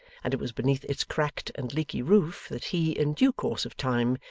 and it was beneath its cracked and leaky roof that he, in due course of time,